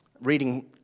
reading